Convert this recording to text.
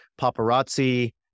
paparazzi